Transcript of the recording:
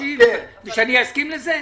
שאני אסכים לזה?